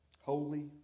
Holy